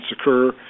occur